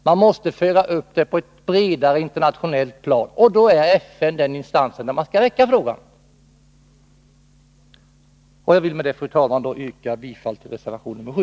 Man måste föra upp frågan på ett bredare internationellt plan, och då är FN den instans där man skall väcka frågan. Jag vill med detta, fru talman, yrka bifall till reservation nr 7.